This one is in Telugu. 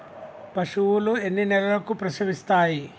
పశువులు ఎన్ని నెలలకు ప్రసవిస్తాయి?